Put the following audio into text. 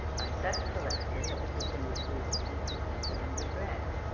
by such collection, the petitioner's grievances would have been redressed.